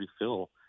refill